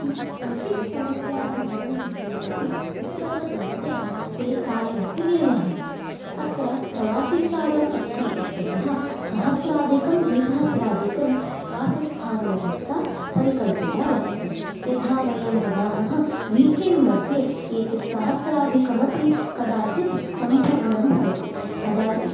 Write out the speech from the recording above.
कि क्वचित् समस्याः भवन्ति चेत् अपि उत्तम रीत्या ते कार्यम् अपि निर्वहन्ति अत्र प्रवासीस्थानम् अस्ति इत्यतः सहस्राधिकं द्विसहस्राधिकं वासस्थानव्यवस्था परिकल्पिता वर्तते यथा वयं वदामः वीकेण्ड् मध्ये एतद् सहस्राधिकमपि कदाचित् सम्पूर्णं भवति